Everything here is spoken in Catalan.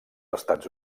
estats